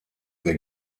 der